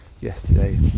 yesterday